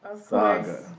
Saga